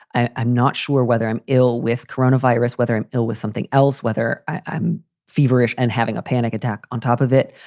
i'm not sure whether i'm ill with coronavirus, whether an ill with something else, whether i'm feverish and having a panic attack on top of it.